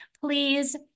please